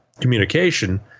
communication